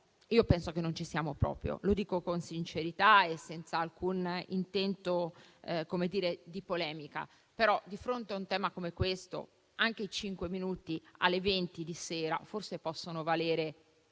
penso che non ci siamo proprio. Lo dico con sincerità e senza alcun intento di polemica. Però, di fronte a un tema come questo, anche cinque minuti alle ore 20 di sera forse possono valere